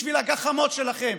בשביל הגחמות שלכם,